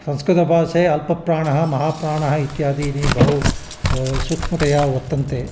संस्कृतभाषायां अल्पप्राणः माहाप्राणः इत्यादीनि बहु सूक्ष्मतया वर्तन्ते